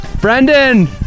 Brendan